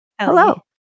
Hello